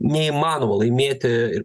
neįmanoma laimėti ir